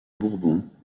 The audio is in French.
bourbons